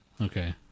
Okay